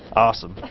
awesome.